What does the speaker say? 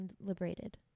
liberated